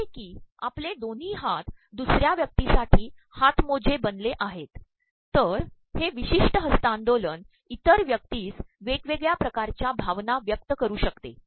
जसे की आपले दोन्ही हात दसु र्या व्यक्तीसाठी हातमोजे बनले आहेत तर हे प्रवमशष्ि हस्त्तांदोलन इतर व्यक्तीस वेगवेगळ्या िकारच्या भावना व्यक्त करू शकते